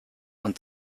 und